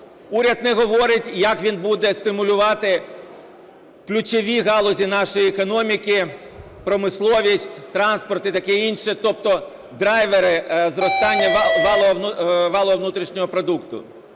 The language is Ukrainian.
Уряд не говорить, як він буде стимулювати ключові галузі нашої економіки, промисловість, транспорт і таке інше, тобто драйвери зростання валового внутрішнього продукту.